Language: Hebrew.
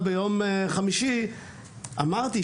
בישיבה ביום חמישי אמרתי,